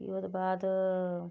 भी ओहदे बाद